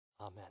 Amen